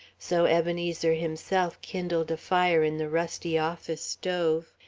so ebenezer himself kindled a fire in the rusty office stove,